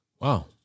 Wow